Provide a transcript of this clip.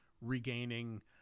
regaining